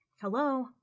hello